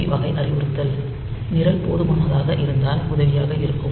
B வகை அறிவுறுத்தல் நிரல் போதுமானதாக இருந்தால் உதவியாக இருக்கும்